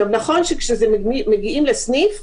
נכון כשמגיעים לסניף,